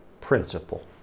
principle